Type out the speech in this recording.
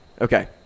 Okay